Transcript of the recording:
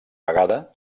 vegada